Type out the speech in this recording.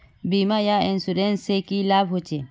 बीमा या इंश्योरेंस से की लाभ होचे?